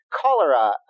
cholera